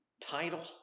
title